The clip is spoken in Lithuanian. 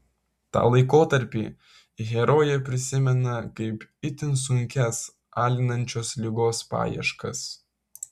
tą laikotarpį herojė prisimena kaip itin sunkias alinančios ligos paieškas